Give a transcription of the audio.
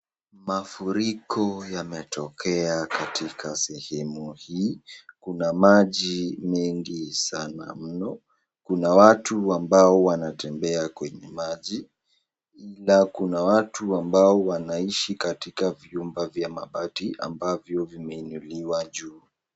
Mafuriko yametokea katika sehemu hii .Kuna maji mengi Sana umo .Kuna watu ambao wanatembea kwenye maji, na kuna watu ambao wanaishi katika chumba vya mabati ambavyo vimeinuliwa juu.